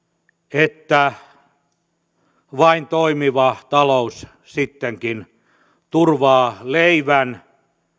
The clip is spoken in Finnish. että vain toimiva talous sittenkin turvaa leivän